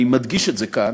אני מדגיש את זה כאן